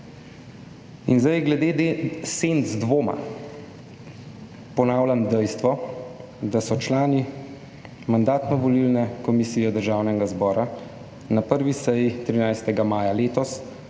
In zdaj glede senc dvoma. Ponavljam dejstvo, da so člani Mandatno-volilne komisije Državnega zbora na 1. seji, 13. maja letos,